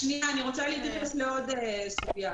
אני רוצה להתייחס לעוד סוגיה.